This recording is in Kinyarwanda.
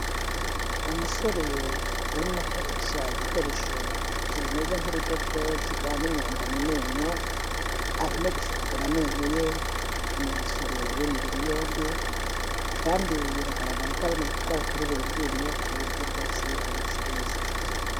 Umusore urimo akoresha igikoresho kimeze nk'urudodo kivana imyanda mu menyo, arimo gusukura amenyo ye, ni umusore w'imibiri yombi, kandi biragaragara ko arimo gukora kuri buri ryinyo, ku buryo rwose ari busige yose afite isuku.